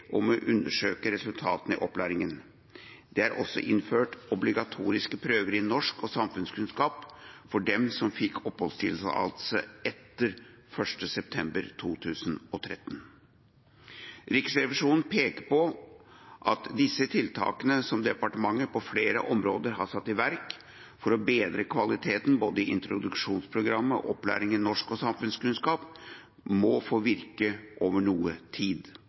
om å undersøke resultatene i opplæringa. Det er også innført obligatoriske prøver i norsk og samfunnskunnskap for dem som fikk oppholdstillatelse etter 1. september 2013. Riksrevisjonen peker på at disse tiltakene som departementet på flere områder har satt i verk for å bedre kvaliteten i både introduksjonsprogrammet og opplæring i norsk og samfunnskunnskap, må få virke over noe tid.